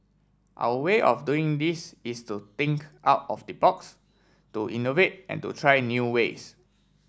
our way of doing this is to think out of the box to innovate and to try new ways